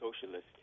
socialist